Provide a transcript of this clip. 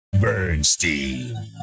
Bernstein